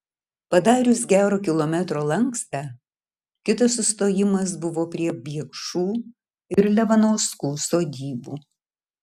padarius gero kilometro lankstą kitas sustojimas buvo prie biekšų ir levanauskų sodybų